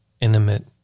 intimate